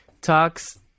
talks